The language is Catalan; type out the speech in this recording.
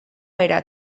era